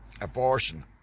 abortion